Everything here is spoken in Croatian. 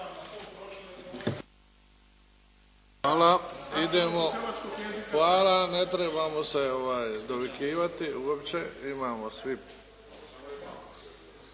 Luka (HDZ)** Hvala. Ne trebamo se dovikivati uopće. Imamo svi.